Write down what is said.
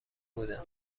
بودم